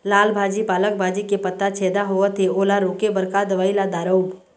लाल भाजी पालक भाजी के पत्ता छेदा होवथे ओला रोके बर का दवई ला दारोब?